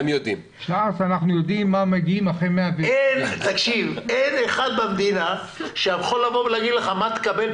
בש"ס אנחנו יודעים לאן מגיעים אחרי 120. אין אחד במדינה שיכול להגיד לך מה תקבל.